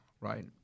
right